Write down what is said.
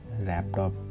laptop